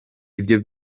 ibyo